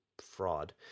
fraud